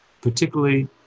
particularly